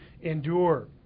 endure